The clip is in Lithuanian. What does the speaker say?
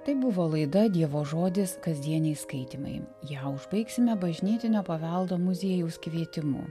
tai buvo laida dievo žodis kasdieniai skaitymai ją užbaigsime bažnytinio paveldo muziejaus kvietimu